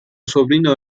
sobrino